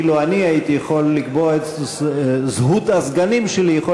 אילו אני הייתי יכול לקבוע את זהות הסגנים שלי יכול